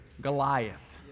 Goliath